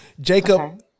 Jacob